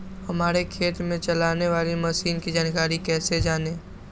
हमारे खेत में चलाने वाली मशीन की जानकारी कैसे जाने?